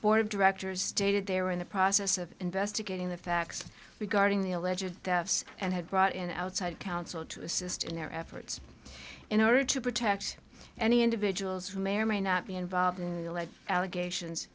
board of directors stated they are in the process of investigating the facts regarding the alleged theft and have brought in outside counsel to assist in their efforts in order to protect any individuals who may or may not be involved in the lead allegations